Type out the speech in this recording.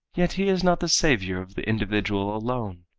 yet he is not the saviour of the individual alone.